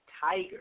Tiger